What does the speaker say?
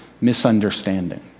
misunderstanding